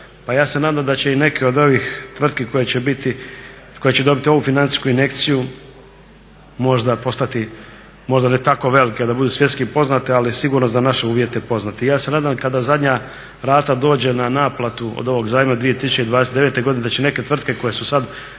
pa ja se nadam da će neke od ovih tvrtki koje će dobiti ovu financijsku injekciju možda postati, možda ne tako velike da budu svjetski poznate, ali sigurno za naše uvjete poznate. I ja se nadam kada zadnja rata dođe na naplatu od ovog zajma 2029.godine da će neke tvrtke koje su sada